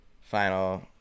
final